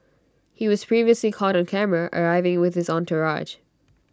he was previously caught on camera arriving with his entourage